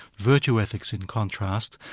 virtue ethics in contrast,